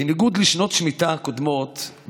בניגוד לשנות השמיטה הקודמות,